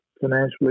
financially